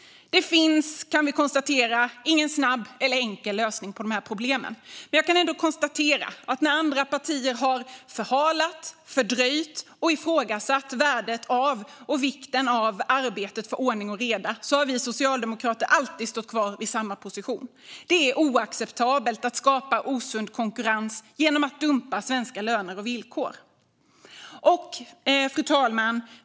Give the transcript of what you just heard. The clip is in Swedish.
Det finns ingen snabb eller enkel lösning på dessa problem. Men jag kan konstatera att när andra partier har förhalat, fördröjt och ifrågasatt värdet och vikten av arbetet för ordning och reda har vi socialdemokrater alltid stått kvar vid samma position: Det är oacceptabelt att skapa osund konkurrens genom att dumpa svenska löner och villkor! Fru talman!